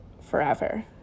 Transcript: forever